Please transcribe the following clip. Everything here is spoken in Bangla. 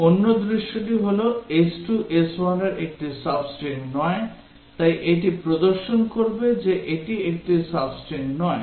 অন্য দৃশ্য হল যে s2 s1 এর একটি sub string নয় তাই এটি প্রদর্শন করবে যে এটি একটি sub string নয়